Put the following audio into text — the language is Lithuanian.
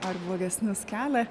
ar blogesnius kelia